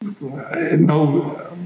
no